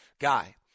guy